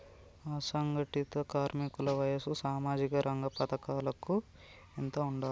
అసంఘటిత కార్మికుల వయసు సామాజిక రంగ పథకాలకు ఎంత ఉండాలే?